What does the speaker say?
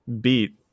beat